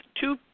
two